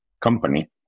company